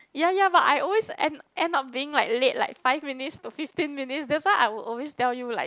ya ya but I always end end up thing like late like five minutes to fifteen minutes that's why I would always tell you like